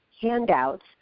handouts